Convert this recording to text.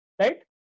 Right